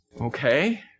Okay